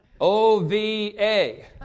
O-V-A